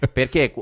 perché